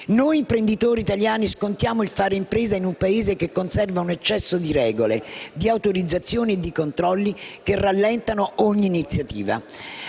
Noi imprenditori italiani scontiamo il fare impresa in un Paese che conserva un eccesso di regole, di autorizzazioni e di controlli, che rallentano ogni iniziativa.